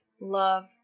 Love